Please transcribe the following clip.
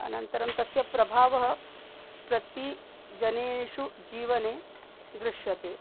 अनन्तरं तस्य प्रभावः प्रति जनेषु जीवने दृश्यते